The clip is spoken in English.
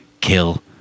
kill